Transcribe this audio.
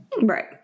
right